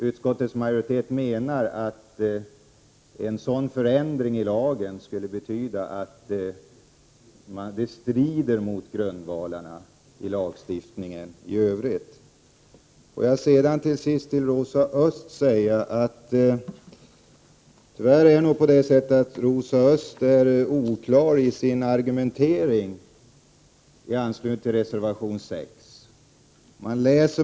Utskottets majoritet menar att en sådan ändring i lagen skulle strida mot grundvalarna i lagstiftningen i övrigt. Till Rosa Östh vill jag säga att hon tyvärr är oklar i sin argumentering i anslutning till reservation 6.